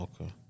Okay